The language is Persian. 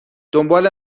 دنبال